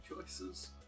choices